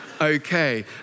okay